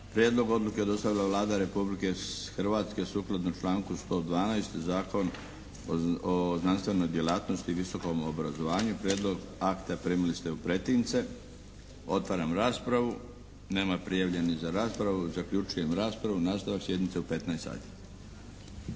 Prijedlog odluke je dostavila Vlada Republike Hrvatske sukladno članku 112. Zakon o znanstvenoj djelatnosti i visokom obrazovanju. Prijedlog akta primili ste u pretince. Otvaram raspravu. Nema prijavljenih za raspravu. Zaključujem raspravu. Nastavak sjednice u 15 sati.